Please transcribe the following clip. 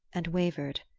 and wavered.